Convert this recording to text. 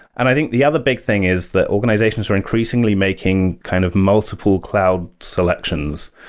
and i think the other big thing is that organizations are increasingly making kind of multiple cloud selections,